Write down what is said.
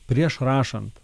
prieš rašant